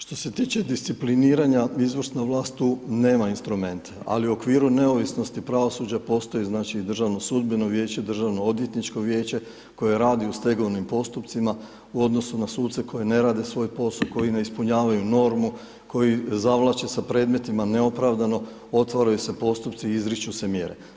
Što se tiče discipliniranja izvrsna vlast tu nema instrumenta, ali u okviru neovisnosti pravosuđa postoji Državno sudbeno vijeće, Državno odvjetničko vijeće, koje radi u stegovnim postupcima, u odnosu na suce koji ne rade rade svoj posao, koji ne ispunjavaju normu, koji zavlače s predmetima neopravdano, otvaraju se postupci i izriču se mjere.